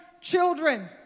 children